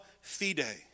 fide